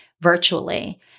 virtually